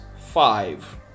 five